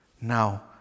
Now